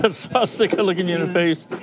but swastika looking you in the face.